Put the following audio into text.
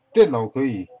电脑可以